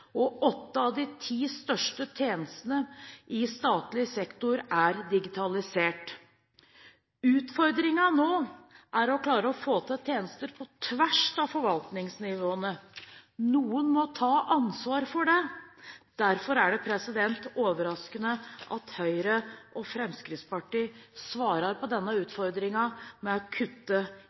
og åtte av de ti største tjenestene i statlig sektor er digitalisert. Utfordringen nå er å klare å få til tjenester på tvers av forvaltningsnivåene. Noen må ta ansvar for det. Derfor er det overraskende at Høyre og Fremskrittspartiet svarer på denne utfordringen med å kutte